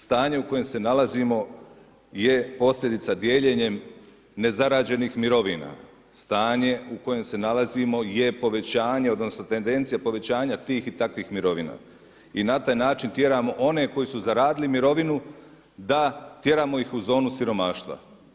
Stanje u kojem se nalazimo je posljedica dijeljenjem nezarađenih mirovina, stanje u kojem se nalazimo je povećanje odnosno tendencija povećanja tih i takvih mirovina i na taj način tjeramo one koji su zaradili mirovinu da tjeramo ih u zoni siromaštva.